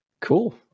cool